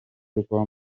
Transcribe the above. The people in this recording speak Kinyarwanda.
ibintu